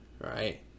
right